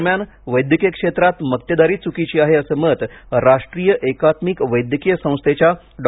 दरम्यान वैद्यकीय क्षेत्रात मक्तेदारी चुकीची आहे असं मत राष्ट्रीय एकात्मिक वैद्यकीय संस्थेच्या डॉ